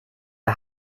ihr